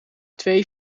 twee